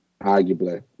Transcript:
arguably